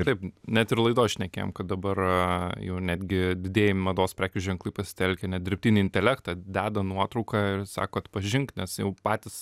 taip net ir laidoj šnekėjom kad dabar jau netgi didieji mados prekių ženklai pasitelkia net dirbtinį intelektą deda nuotrauką ir sako atpažink nes jau patys